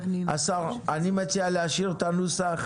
השר, אני מציע להשאיר את הנוסח.